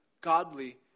godly